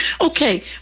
okay